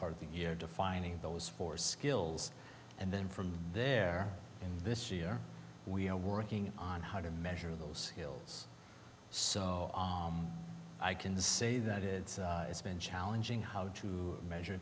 part of the year defining those four skills and then from there in this year we are working on how to measure those skills so i can say that it has been challenging how to measure